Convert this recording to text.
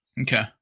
Okay